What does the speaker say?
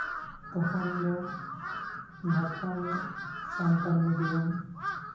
ᱛᱚᱠᱷᱚᱱ ᱫᱚ ᱵᱷᱟᱛᱨᱟᱣ ᱧᱚᱜ ᱥᱟᱱᱛᱟᱲ ᱢᱤᱰᱤᱭᱟᱢ